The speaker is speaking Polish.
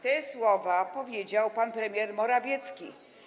Te słowa powiedział pan premier Morawiecki.